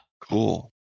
cool